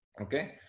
okay